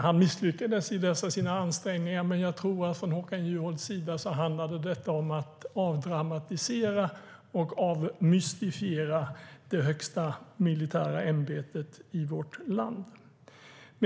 Han misslyckades i dessa sina ansträngningar, men jag tror att det från Håkan Juholts sida handlade om att avdramatisera och avmystifiera det högsta militära ämbetet i vårt land.